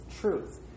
truth